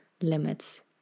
limits